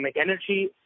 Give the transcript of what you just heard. Energy